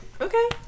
Okay